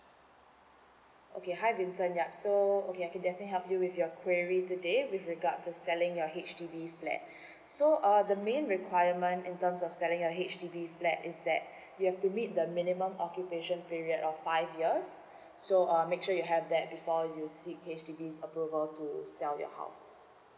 okay hi vincent yup so okay I can definitely help you with your query today with regard to selling your H_D_B flat so uh the main requirement in terms of selling a H_D_B flat is that you have to meet the minimum occupation period of five years so uh make sure you have that before you seek HDB's approval to sell your house